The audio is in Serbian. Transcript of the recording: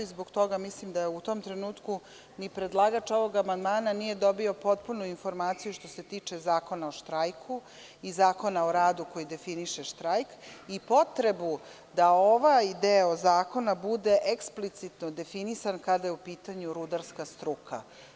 Zbog toga mislim da u tom trenutku ni predlagač ovog amandmana nije dobio potpunu informaciju što se tiče Zakona o štrajku i Zakona o radu koji definiše štrajk i potrebu da ovaj deo zakona bude eksplicitno definisan kada je u pitanju rudarska struka.